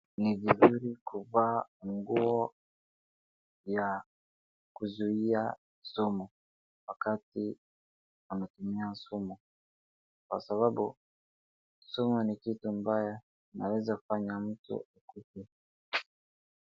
Ni vizuri kuvaa nguo ya kuzuia sumu, wakati unatumia sumu. Kwa sababu, sumu ni kitu mbaya inaweza fanya mtu akufe.